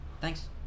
Thanks